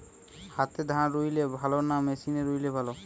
হাতে ধান রুইলে ভালো না মেশিনে রুইলে ভালো?